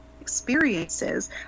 experiences